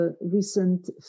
recent